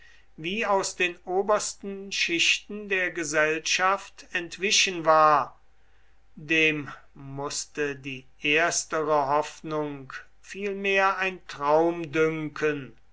wie aus den obersten schichten der gesellschaft entwichen war dem mußte die erstere hoffnung vielmehr ein traum dünken